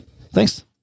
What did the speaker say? thanks